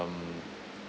um